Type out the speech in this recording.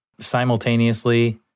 simultaneously